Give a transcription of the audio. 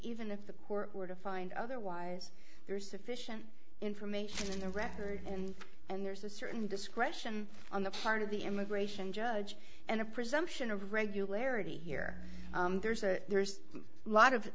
even if the court were to find otherwise there is sufficient information in the record and and there's a certain discretion on the part of the immigration judge and a presumption of regularity here there's a there's a lot of